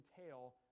entail